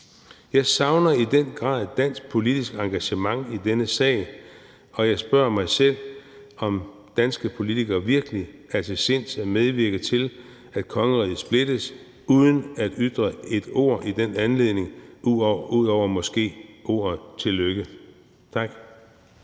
Jeg savner i den grad dansk politisk engagement i denne sag, og jeg spørger mig selv, om danske politikere virkelig er til sinds at medvirke til, at kongeriget splittes, uden at ytre et ord i den anledning ud over måske ordet tillykke. Tak.